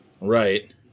right